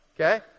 Okay